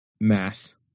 mass